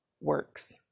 works